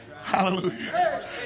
Hallelujah